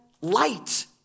light